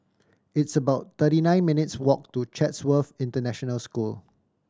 it's about thirty nine minutes' walk to Chatsworth International School